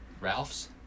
Ralphs